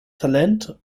talent